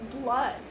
blood